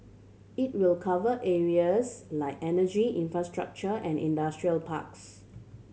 it will cover areas like energy infrastructure and industrial parks